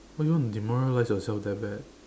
why you want to demoralize yourself that bad